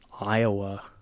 Iowa